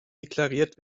deklariert